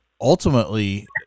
ultimately